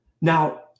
Now